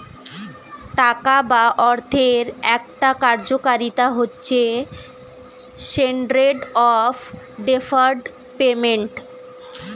টাকা বা অর্থের একটা কার্যকারিতা হচ্ছে স্ট্যান্ডার্ড অফ ডেফার্ড পেমেন্ট